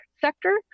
sector